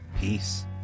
peace